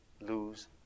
lose